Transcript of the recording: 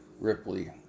Ripley